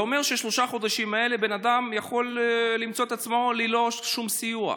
זה אומר שבשלושת החודשים האלה הבן אדם יכול למצוא את עצמו ללא שום סיוע.